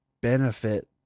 benefit